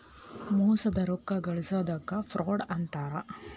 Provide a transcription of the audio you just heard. ಮೋಸದಿಂದ ರೊಕ್ಕಾ ಗಳ್ಸೊದಕ್ಕ ಫ್ರಾಡ್ ಅಂತಾರ